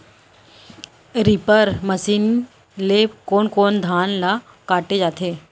Reaper machine ले कोन कोन धान ल काटे जाथे?